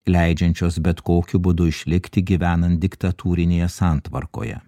leidžiančios bet kokiu būdu išlikti gyvenant diktatūrinėje santvarkoje